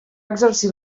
exercir